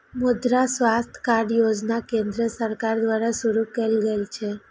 मुद्रा स्वास्थ्य कार्ड योजना केंद्र सरकार द्वारा शुरू कैल गेल छै